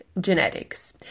genetics